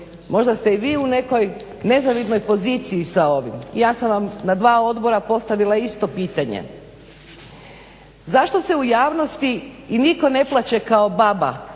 možda ste i vi u nekoj nezavidnoj poziciji sa ovim. Ja sam vam na dva odbora postavila isto pitanje zašto se u javnosti i nitko ne plače kao baba